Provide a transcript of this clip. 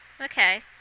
Okay